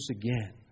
again